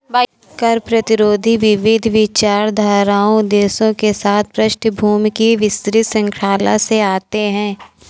कर प्रतिरोधी विविध विचारधाराओं उद्देश्यों के साथ पृष्ठभूमि की विस्तृत श्रृंखला से आते है